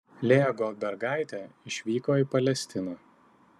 lėja goldbergaitė išvyko į palestiną